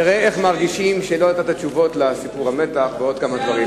תראה איך מרגישים כשלא נתת תשובות לסיפור המתח ועוד כמה דברים,